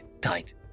tight